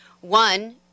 One